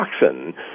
toxin